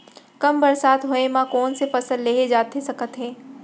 कम बरसात होए मा कौन से फसल लेहे जाथे सकत हे?